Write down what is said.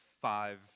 five